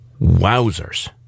Wowzers